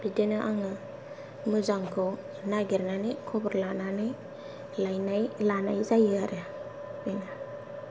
बिदिनो आङो मोजांखौ नागिरनानै खबर लानानै लायनाय लानाय जायो आरो